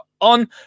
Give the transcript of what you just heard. on